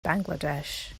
bangladesh